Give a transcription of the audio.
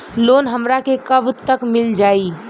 Loan हमरा के कब तक मिल जाई?